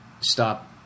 stop